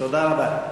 תודה רבה.